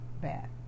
bad